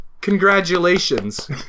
congratulations